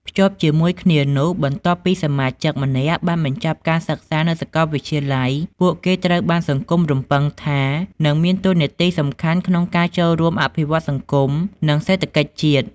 ភ្ជាប់ជាមួយគ្នានោះ បន្ទាប់ពីសមាជិកម្នាក់បានបញ្ចប់ការសិក្សានៅសាកលវិទ្យាល័យ ពួកគេត្រូវបានសង្គមរំពឹងថា នឹងមានតួនាទីសំខាន់ក្នុងការចូលរួមអភិវឌ្ឍសង្គម និងសេដ្ឋកិច្ចជាតិ។